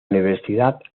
universidad